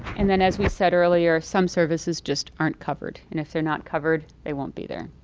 and then as we said earlier, some services just aren't covered, and if they're not covered they won't be there.